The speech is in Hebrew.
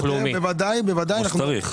בוודאי ובוודאי לוותר.